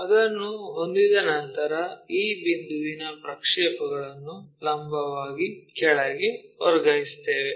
ಅದನ್ನು ಹೊಂದಿದ ನಂತರ ಈ ಬಿಂದುವಿನ ಪ್ರಕ್ಷೇಪಗಳನ್ನು ಲಂಬವಾಗಿ ಕೆಳಗೆ ವರ್ಗಾಯಿಸುತ್ತೇವೆ